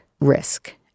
risk